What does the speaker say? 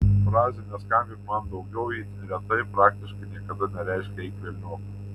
frazė neskambink man daugiau itin retai praktiškai niekada nereiškia eik velniop